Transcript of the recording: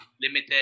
limited